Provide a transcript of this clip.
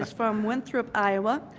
from winthrop, iowa,